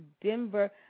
Denver